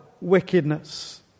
wickedness